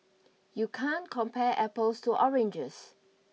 you can't compare apples to oranges